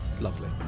lovely